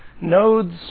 nodes